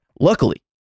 luckily